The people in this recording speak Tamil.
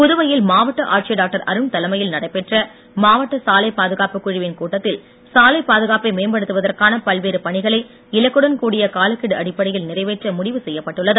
புதுவையில் மாவட்ட ஆட்சியர் டாக்டர் அருண் தலைமையில் நடைபெற்ற மாவட்ட சாலைப் பாதுகாப்புக் குழுவின் கூட்டத்தில் சாலை பாதுகாப்பை மேம்படுத்துவதற்கான பல்வேறு பணிகளை இலக்குடன் கூடிய காலக்கெடு அடிப்படையில் நிறைவேற்ற முடிவு செய்யப்பட்டுள்ளது